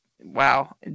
wow